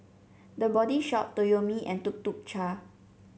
The Body Shop Toyomi and Tuk Tuk Cha